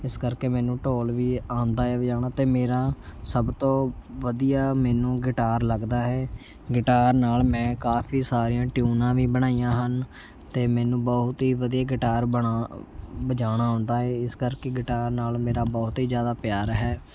ਇਸ ਕਰਕੇ ਮੈਨੂੰ ਢੋਲ ਵੀ ਆਉਂਦਾ ਹੈ ਵਜਾਉਣਾ ਅਤੇ ਮੇਰਾ ਸਭ ਤੋਂ ਵਧੀਆ ਮੈਨੂੰ ਗਿਟਾਰ ਲੱਗਦਾ ਹੈ ਗਿਟਾਰ ਨਾਲ ਮੈਂ ਕਾਫ਼ੀ ਸਾਰੀਆਂ ਟਿਊਨਾਂ ਵੀ ਬਣਾਈਆਂ ਹਨ ਅਤੇ ਮੈਨੂੰ ਬਹੁਤ ਹੀ ਵਧੀਆ ਗਿਟਾਰ ਬਣਾ ਵਜਾਉਣਾ ਆਉਂਦਾ ਹੈ ਇਸ ਕਰਕੇ ਗਿਟਾਰ ਨਾਲ ਮੇਰਾ ਬਹੁਤ ਏ ਜ਼ਿਆਦਾ ਪਿਆਰ ਹੈ